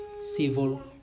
civil